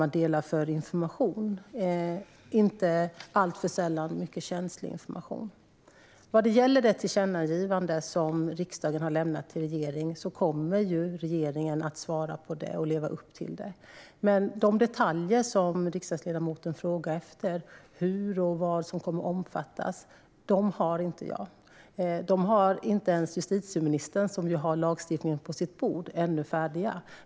Inte alltför sällan handlar det om mycket känslig information. Det tillkännagivande som riksdagen har lämnat till regeringen kommer regeringen att svara på och leva upp till. Men de detaljer som riksdagsledamoten frågar efter om hur det ska ske och vad som kommer att omfattas har inte jag. Dem har inte ens justitieministern, som ju har lagstiftningen på sitt bord, ännu färdiga.